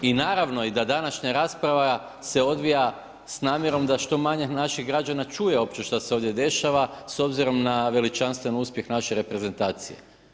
I naravno, da današnja rasprava se odvija s namjernom da što manje, naših građana čuje, što se ovdje dešava, s obzirom na veličanstven uspjeh naše reprezentacije.